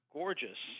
gorgeous